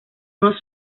unos